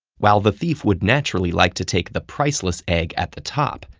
while the thief would naturally like to take the priceless egg at the top,